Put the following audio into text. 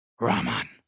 Raman